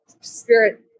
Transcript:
spirit